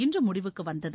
இன்று முடிவுக்கு வந்தது